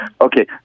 Okay